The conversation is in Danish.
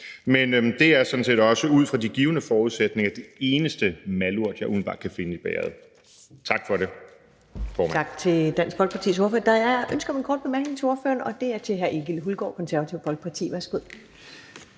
for. Det er sådan set også ud fra de givne forudsætninger det eneste malurt, jeg umiddelbart kan finde i bægeret. Tak for det,